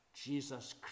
Jesus